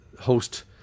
host